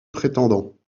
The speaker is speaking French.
prétendants